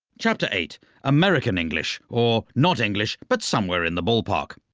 chapter eight american english or not english but somewhere in the ballpark.